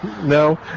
No